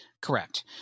Correct